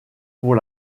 pour